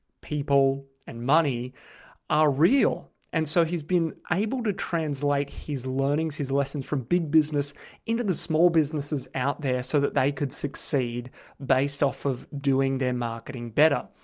people, and money are real. and so, he's been able to translate his learnings, his lessons from big business into the small businesses out there so that they could succeed based off of doing their marketing better.